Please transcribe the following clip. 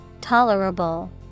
Tolerable